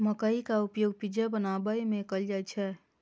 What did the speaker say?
मकइ के उपयोग पिज्जा बनाबै मे कैल जाइ छै